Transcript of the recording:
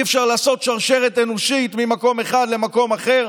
אי-אפשר לעשות שרשרת אנושית ממקום אחד למקום אחר,